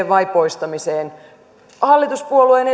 vai poistetaanko makeisvero hallituspuolueiden